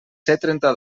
trenta